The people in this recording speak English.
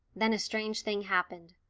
then a strange thing happened.